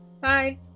bye